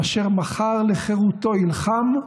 / אשר מחר לחירותו ילחם,